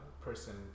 person